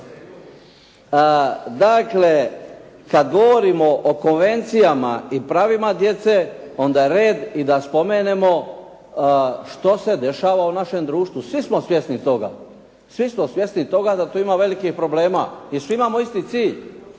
Dakle, kad govorimo o konvencijama i pravima djece, onda je red i da spomenemo što se dešava u našem društvu. Svi smo svjesni toga, svi smo svjesni toga da tu ima velikih problema i svi imamo isti cilj.